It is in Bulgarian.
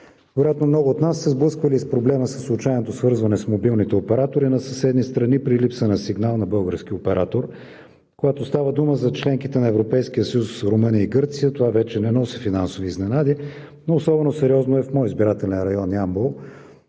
Вероятно много от нас са се сблъсквали и с проблема със случайното свързване с мобилните оператори на съседни страни при липса на сигнал на български оператор. Когато става дума за членките на Европейския съюз Румъния и Гърция, това вече не носи финансови изненади, но особено сериозно е в моя избирателен район – Ямбол,